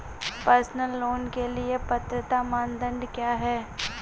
Personal loan के लिए पात्रता मानदंड क्या हैं?